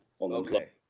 okay